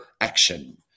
action